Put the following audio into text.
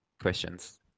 questions